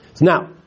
Now